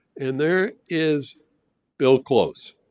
and there is bill close,